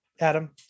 Adam